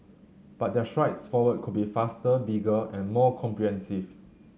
but their strides forward could be faster bigger and more comprehensive